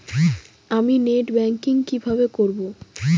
আমি net banking কিভাবে করব?